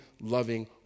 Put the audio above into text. loving